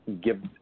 give